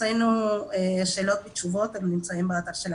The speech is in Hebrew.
הוצאנו שאלות ותשובות וזה נמצא באתר של המשרד.